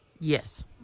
Yes